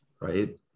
right